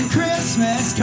Christmas